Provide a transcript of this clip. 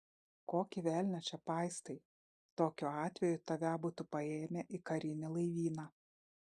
kokį velnią čia paistai tokiu atveju tave būtų paėmę į karinį laivyną